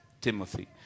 Timothy